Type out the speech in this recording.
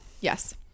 yes